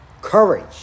courage